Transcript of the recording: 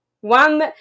one